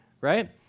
right